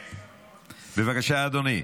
בבקשה, אדוני.